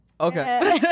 okay